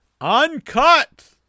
uncut